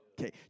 Okay